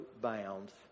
bounds